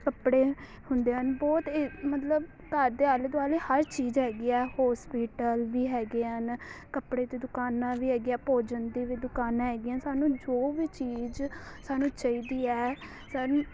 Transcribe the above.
ਕੱਪੜੇ ਹੁੰਦੇ ਹਨ ਬਹੁਤ ਮਤਲਬ ਘਰ ਦੇ ਆਲੇ ਦੁਆਲੇ ਹਰ ਚੀਜ਼ ਹੈਗੀ ਆ ਹੋਸਪੀਟਲ ਵੀ ਹੈਗੇ ਆ ਹਨ ਕੱਪੜੇ ਦੀਆਂ ਦੁਕਾਨਾਂ ਵੀ ਹੈਗੀਆ ਭੋਜਨ ਦੀ ਵੀ ਦੁਕਾਨਾਂ ਹੈਗੀਆਂ ਸਾਨੂੰ ਜੋ ਵੀ ਚੀਜ਼ ਸਾਨੂੰ ਚਾਹੀਦੀ ਹੈ ਸਾਨ